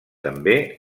també